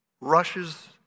rushes